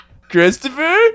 Christopher